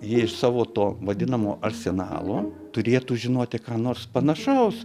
ji iš savo to vadinamo arsenalo turėtų žinoti ką nors panašaus